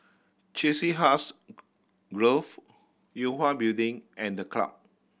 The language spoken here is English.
Chiselhurst Grove Yue Hwa Building and The Club